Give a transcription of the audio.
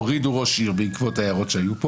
הורידו ראש עיר בעקבות ההערות שהיו פה